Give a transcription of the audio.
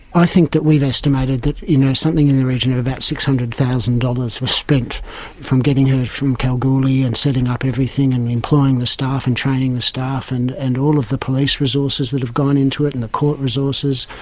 i think that we'd estimated that ah something in the region of about six hundred thousand dollars was spent from getting her from kalgoorlie and setting up everything and employing the staff and training the staff and and all of the police resources that have gone into it and the court resources.